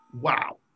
Wow